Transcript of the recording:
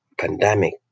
pandemic